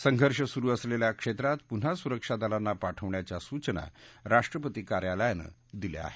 संघर्ष सुरु असलेल्या क्षेत्रात पुन्हा सुरक्षा दलांना पाठवण्याच्या सूचना राष्ट्रपती कार्यालयानं दिले आहेत